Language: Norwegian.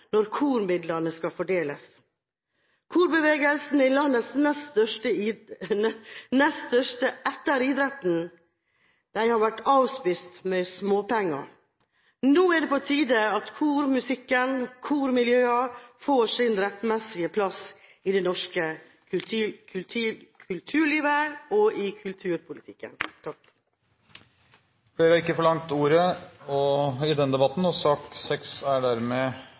når kormidlene skal fordeles. Korbevegelsen er landets nest største etter idretten. Den har vært avspist med småpenger. Nå er det på tide at kormusikken, kormiljøene, får sin rettmessige plass i det norske kulturlivet og i kulturpolitikken. Flere har ikke bedt om ordet til sak nr. 6. Etter ønske fra finanskomiteen vil presidenten foreslå å behandle sakene nr. 7 og 8 under ett, og